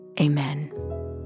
Amen